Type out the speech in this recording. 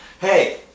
Hey